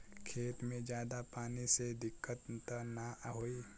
खेत में ज्यादा पानी से दिक्कत त नाही होई?